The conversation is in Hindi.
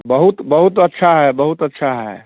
बहुत बहुत अच्छा है बहुत अच्छा है